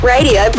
Radio